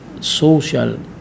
social